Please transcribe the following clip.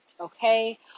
okay